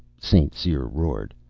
st. cyr roared.